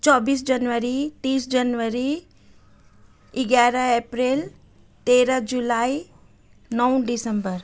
चौबिस जनवरी तिस जनवरी एघार अप्रेल तेह्र जुलाई नौ दिसम्बर